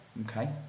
Okay